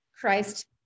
Christ